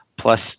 plus